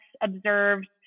observed